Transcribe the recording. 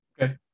Okay